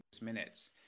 minutes